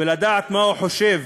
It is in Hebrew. ולדעת מה הוא חושב.